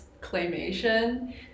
Claymation